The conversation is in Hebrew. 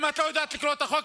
אם את לא יודעת לקרוא את החוק,